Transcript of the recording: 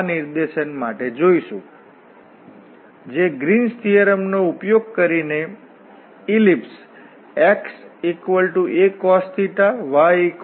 તેથી આ ઉપર આપણે આ રિજીયન માં છીએ અને પછી આપણી પાસે આ કર્વ જે આ ચોરસની બાઉન્ડરી છે તેથી જો આપણે આ કર્વ ઇન્ટીગ્રલ માગીએ છીએ તો આપણે કર્વ ઉપર પરફોર્મ કરીએ તેથી આપણી પાસે ત્યાં ચાર લાઇન્સ છે અને આપણે આ ઇન્ટીગ્રલ પરફોર્મ કરવું પડશે